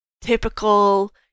typical